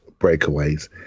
breakaways